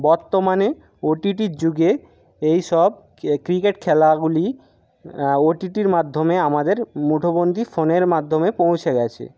বর্তমানে ওটিটির যুগে এইসব ক্রিকেট খেলাগুলি ওটিটির মাধ্যমে আমাদের মুঠোবন্ধি ফোনের মাধ্যমে পৌঁছে গেছে